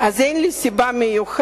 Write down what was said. אז אין לי סיבה מיוחדת